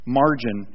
margin